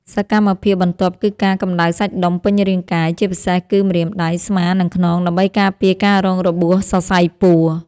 សកម្មភាពបន្ទាប់គឺការកម្ដៅសាច់ដុំពេញរាងកាយ ជាពិសេសគឺម្រាមដៃ ស្មា និងខ្នង ដើម្បីការពារការរងរបួសសរសៃពួរ។